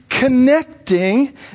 connecting